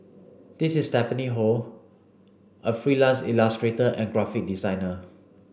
this is Stephanie Ho a freelance illustrator and graphic designer